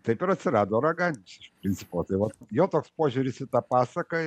taip ir atsirado raganius iš principo tai vat jo toks požiūris į tą pasaką